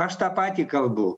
aš tą patį kalbu